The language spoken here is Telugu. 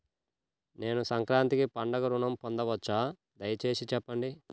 నేను సంక్రాంతికి పండుగ ఋణం పొందవచ్చా? దయచేసి చెప్పండి?